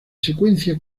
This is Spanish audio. secuencia